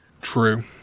True